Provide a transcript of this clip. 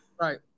Right